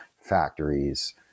factories